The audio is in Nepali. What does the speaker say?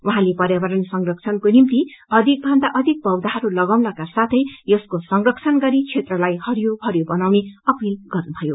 उहाँले पर्यावरण संरक्षणको निम्ति अधिकभन्दा अधिक पौधाहरू लगाउनका साथै यसको संरक्षण गरी क्षेत्रलाई हरियो भरियो बनाउने अपील गर्नुभयो